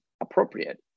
appropriate